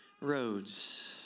roads